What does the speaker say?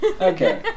Okay